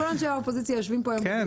כל אנשי האופוזיציה יושבים פה היום.